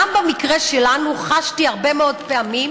גם במקרה שלנו חשתי הרבה מאוד פעמים